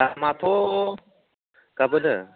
दामाथ'